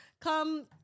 come